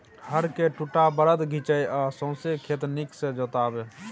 हर केँ दु टा बरद घीचय आ सौंसे खेत नीक सँ जोताबै